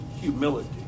Humility